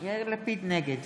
נגד